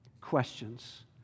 questions